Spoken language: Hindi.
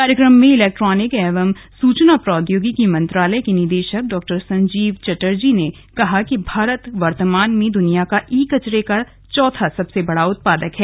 कार्यक्रम में इलेक्ट्रॉनिक एवं सूचना प्रौद्यागिकी मंत्रालय के निदेशक डॉ संजीव चटर्जी ने कहा कि भारत वर्तमान में दनिया का ई कचरे का चौथा सबसे बडा उत्पादक है